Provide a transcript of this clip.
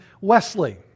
Wesley